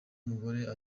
mugore